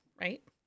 right